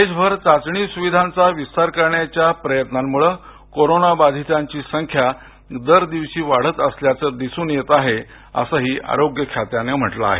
देशभर चाचणी सुविधांचा विस्तार करण्याच्या प्रयत्नांमुळे कोरोना बाधितांची संख्या दर दिवशी वाढत असल्याचं दिसून येत आहे असंही आरोग्य खात्यानं म्हटलं आहे